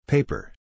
Paper